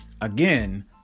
Again